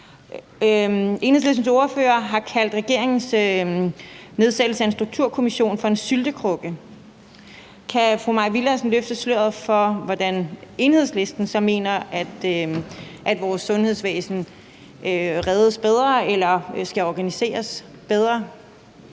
Enhedslistens ordfører har kaldt regeringens nedsættelse af Sundhedsstrukturkommissionen for en syltekrukke. Kan fru Mai Villadsen løfte sløret for, hvordan Enhedslisten så mener at vores sundhedsvæsen reddes bedre eller skal organiseres bedre?